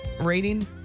rating